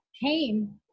came